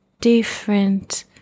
different